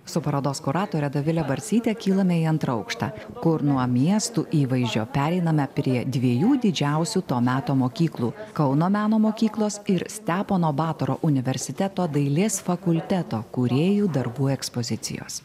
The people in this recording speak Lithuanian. su parodos kuratore dovile barsyte kylame į antrą aukštą kur nuo miestų įvaizdžio pereiname prie dviejų didžiausių to meto mokyklų kauno meno mokyklos ir stepono batoro universiteto dailės fakulteto kūrėjų darbų ekspozicijos